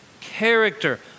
character